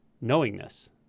knowingness